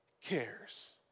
cares